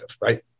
right